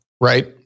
right